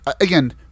Again